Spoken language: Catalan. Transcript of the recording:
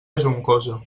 juncosa